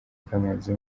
kamanzi